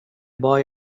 boy